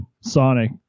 Sonic